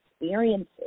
Experiences